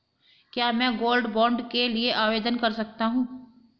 क्या मैं gold bond के लिए आवेदन कर सकता हूं?